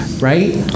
right